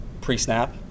pre-snap